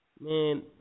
Man